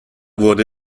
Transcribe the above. wurde